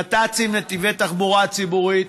נת"צים, נתיבי תחבורה ציבורית: